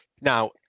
now